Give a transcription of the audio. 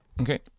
Okay